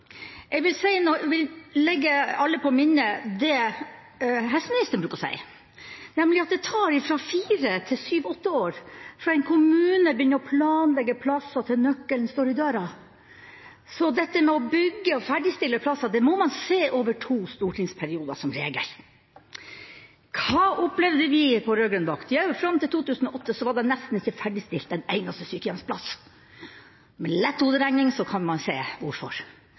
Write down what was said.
Jeg vil at alle skal legge seg på minnet det helseministeren bruker å si, nemlig at det tar fra fire til syv–åtte år fra en kommune begynner å planlegge plasser, til nøkkelen står i døra. Så dette med å bygge og ferdigstille plasser må man se over to stortingsperioder, som regel. Hva opplevde vi på rød-grønn vakt? Jo, fram til 2008 var det nesten ikke ferdigstilt en eneste sykehjemsplass. Med lett hoderegning kan man se hvorfor.